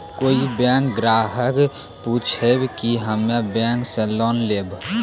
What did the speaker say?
कोई बैंक ग्राहक पुछेब की हम्मे बैंक से लोन लेबऽ?